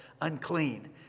unclean